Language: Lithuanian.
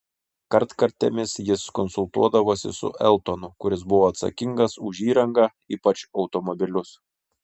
kartkartėmis jis konsultuodavosi su eltonu kuris buvo atsakingas už įrangą ypač automobilius